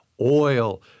oil